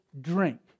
drink